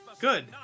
Good